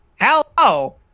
Hello